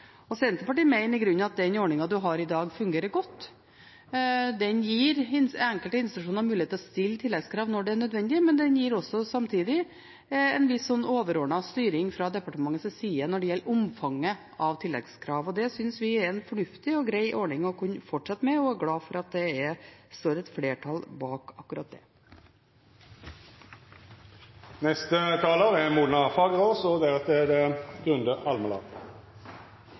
Senterpartiet mener i grunnen at den ordningen man har i dag, fungerer godt. Den gir enkelte institusjoner mulighet til å stille tilleggskrav når det er nødvendig, men den gir samtidig en viss overordnet styring fra departementets side når det gjelder omfanget av tilleggskrav. Det synes vi er en fornuftig og grei ordning å kunne fortsette med, og er glad for at det står et flertall bak akkurat det. Lovforslagene som fremmes i dag, er det i hovedsak stor tilslutning til og